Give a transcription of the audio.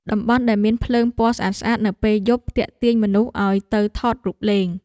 តំបន់ដែលមានភ្លើងពណ៌ស្អាតៗនៅពេលយប់ ទាក់ទាញមនុស្សឱ្យទៅថតរូបលេង។